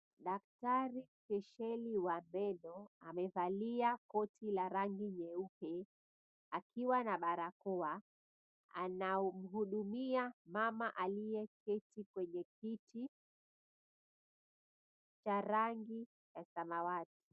Daktari spesheli wa meno amevalia koti la rangi nyeupe akiwa na barakoa. Anamhudumia mama alieketi kwenye kiti cha rangi ya samawati.